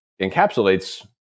encapsulates